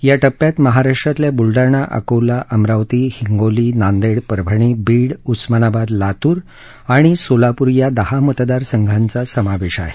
या टप्प्यात महाराष्ट्रातल्या बुलडाणा अकोला अमरावती हिंगोली नांदेड परभणी बीड उस्मानाबाद लातूर आणि सोलापूर या दहा मतदार संघांचा समावेश आहे